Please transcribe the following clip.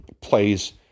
plays